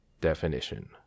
Definition